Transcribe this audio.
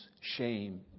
shame